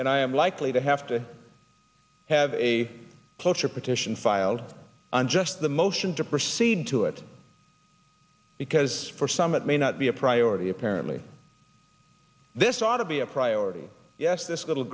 and i am likely to have to have a cloture petition filed on just the motion to proceed to it because for some it may not be a priority apparently this ought to be a priority yes this little